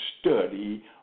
study